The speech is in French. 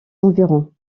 environs